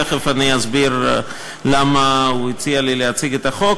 תכף אני אסביר למה הוא הציע לי להציג את החוק,